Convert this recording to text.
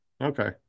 Okay